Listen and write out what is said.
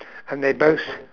and they both